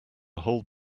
hold